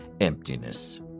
emptiness